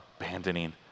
abandoning